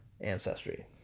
ancestry